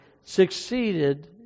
succeeded